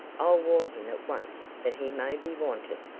i'll warn him at once that he may be wanted.